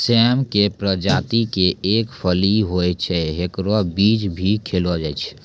सेम के प्रजाति के एक फली होय छै, हेकरो बीज भी खैलो जाय छै